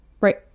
Right